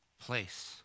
place